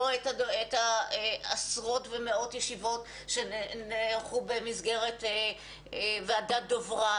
לא את עשרות ומאות ישיבות שנערכו במסגרת ועדת דוברת.